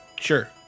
sure